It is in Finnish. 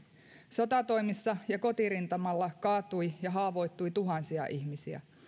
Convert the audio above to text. sotatoimissa ja kotirintamalla kaatui ja haavoittui tuhansia ihmisiä niin